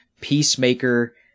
peacemaker